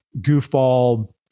goofball